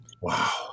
wow